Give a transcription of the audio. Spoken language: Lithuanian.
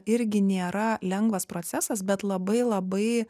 irgi nėra lengvas procesas bet labai labai